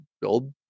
build